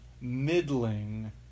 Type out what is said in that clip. middling